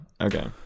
Okay